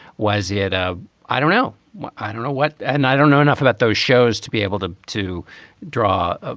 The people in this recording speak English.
was it. ah i don't know. i don't know what. and i don't know enough about those shows to be able to to draw, ah